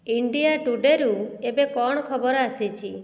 India ଟୁଡେରୁ ଏବେ କ'ଣ ଖବର ଆସିଛି